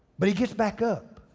but he gets back up.